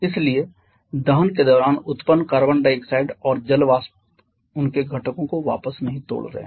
इसलिए दहन के दौरान उत्पन्न कार्बन डाइऑक्साइड और जल वाष्प उनके घटकों को वापस नहीं तोड़ रहे हैं